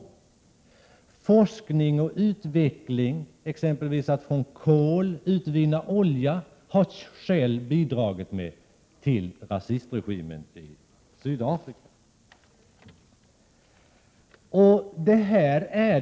När det gäller forskning och utveckling, exempelvis i fråga om att från kol utvinna olja, har Shell lämnat bidrag till rasistregimen i Sydafrika.